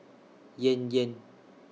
Yan Yan